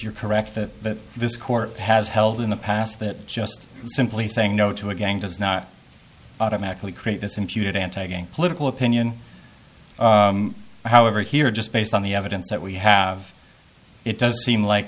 you're correct that this court has held in the past that just simply saying no to a gang does not automatically create this imputed anti gay political opinion however here just based on the evidence that we have it doesn't seem like